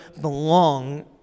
belong